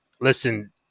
listen